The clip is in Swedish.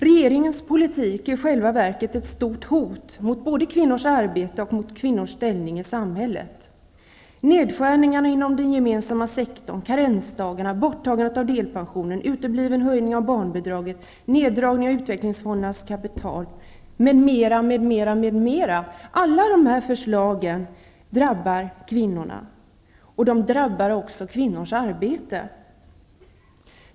Regeringens politik är i själva verket ett stort hot både mot kvinnors arbete och mot kvinnors ställning i samhället. Nedskärningarna inom den gemensamma sektorn, karensdagarna, borttagandet av delpensionen, uteblivandet av barnbidragshöjningen, neddragningen av utvecklingsfondernas kapital m.m. Alla dessa förslag drabbar kvinnorna och kvinnors arbete.